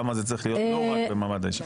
למה זה צריך להיות לא רק במעמד האישה,